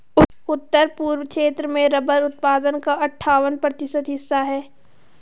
उत्तर पूर्व क्षेत्र में रबर उत्पादन का अठ्ठावन प्रतिशत हिस्सा है